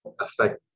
affect